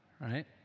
right